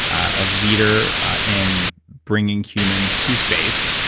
a leader in bringing humans to space,